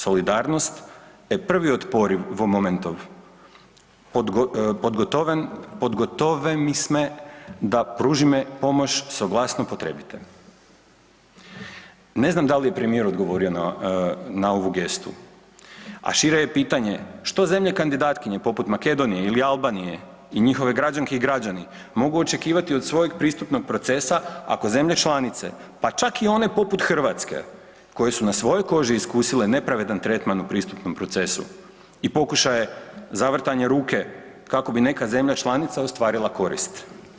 Solidarnost e prvi od poriv vo momentov, podgotovemisme da pužimo pomoć sa vlastitom potrebite.“ Ne znam da li je premijer odgovorio na ovu gestu, a šire je pitanje što zemlje kandidatkinje poput Makedonije ili Albanije i njihove građanke i građani mogu očekivati od svojeg pristupnog procesa ako zemlje članice pa čak i one poput Hrvatske koje su na svojoj koži iskusile nepravedan tretman u pristupnom procesu i pokušaje zavrtanja ruke kako bi neka zemlja članica ostvarila korist.